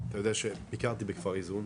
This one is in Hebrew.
כשאני עובד בעבודה זמנית,